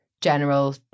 general